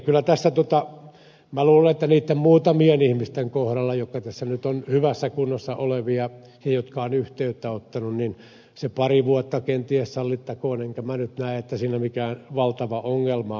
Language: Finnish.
minä luulen että niitten muutamien ihmisten kohdalla jotka tässä nyt ovat hyvässä kunnossa olevia ja jotka ovat yhteyttä ottaneet se pari vuotta kenties sallittakoon enkä minä nyt näe että siinä mikään valtava ongelma on